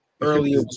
earlier